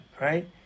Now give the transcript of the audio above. right